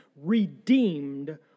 redeemed